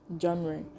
genre